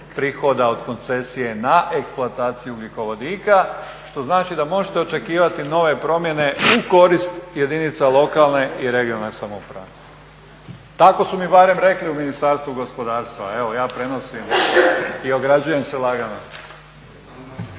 prihoda od koncesije na eksploataciju ugljikovodika što znači da možete očekivati nove promjene u korist jedinica lokalne i regionalne samouprave. Tako su mi barem rekli u Ministarstvu gospodarstva, evo, ja prenosim i ograđujem se lagano.